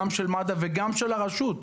גם של מד"א וגם של הרשות.